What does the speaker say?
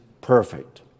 perfect